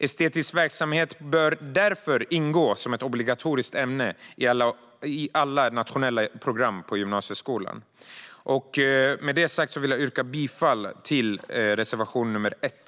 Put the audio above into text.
Estetisk verksamhet bör därför ingå som ett obligatoriskt ämne i alla nationella program på gymnasieskolan. Med det sagt vill jag yrka bifall till reservation nr 1.